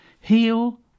heal